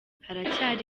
haracyari